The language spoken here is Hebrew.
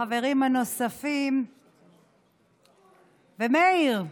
החברים הנוספים, ומאיר,